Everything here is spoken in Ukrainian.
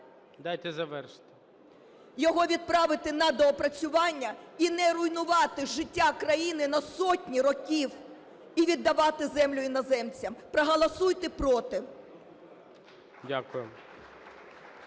Дайте завершити. ТИМОШЕНКО Ю.В. Його відправити на доопрацювання і не руйнувати життя країни на сотні років і віддавати землю іноземцям. Проголосуйте проти!